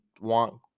want